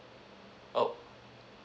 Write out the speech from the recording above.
oh